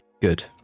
good